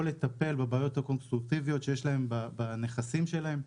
או לטפל בבעיות הקונסטרוקטיביות שיש להם בנכסים שלהם.